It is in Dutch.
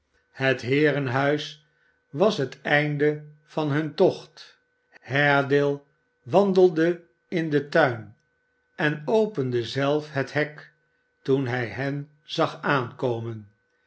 het heerenhuis was het einde van hun tocht haredale wandelde in den tuin en opende zelf het hek toen hij hen zag aankomen